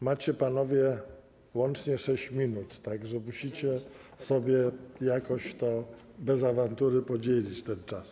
Macie panowie łącznie 6 minut, tak że musicie sobie jakoś bez awantury podzielić ten czas.